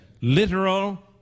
literal